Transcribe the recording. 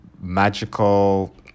magical